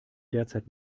derzeit